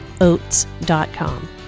Oats.com